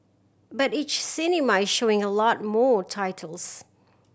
but each cinema is showing a lot more titles